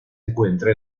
encuentra